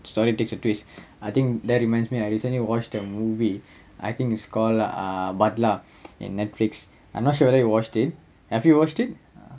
story takes a twist I think that reminds me I recently watched a movie I think it's called err butler in Netflix I'm not sure whether you watched it have you watched it